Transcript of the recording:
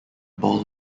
ball